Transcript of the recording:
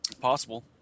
Possible